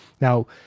Now